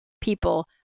people